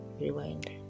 rewind